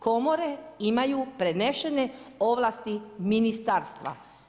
Komore imaju prenešene ovlasti ministarstva.